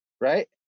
Right